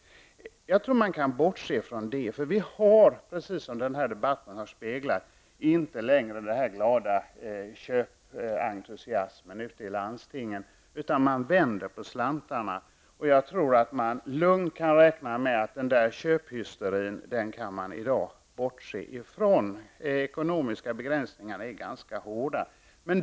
Jag tror att vi kan bortse från det, för vi har -- precis som den här debatten har speglat -- inte längre den glada köpentusiasmen ute i landstingen, utan de vänder på slantarna. Jag tror att vi lugnt kan bortse från den köphysterin. De ekonomiska begränsningarna är ganska hårda.